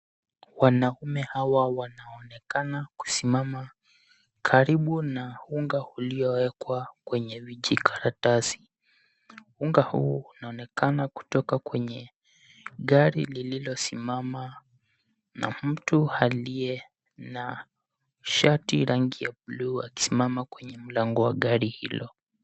Wanaume hawa wanaonekana kusimama karibu na unga uliowekwa kwenye vijikaratasi. Unga huu unaonekana kutoka kwenye gari lililosimama na mtu aliye na shati rangi ya bluu akisimama kwenye mlango wa gari hilo.